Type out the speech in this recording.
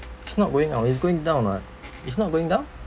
it's not going up it's going down [what] it's not going down